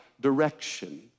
direction